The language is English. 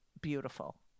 beautiful